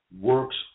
works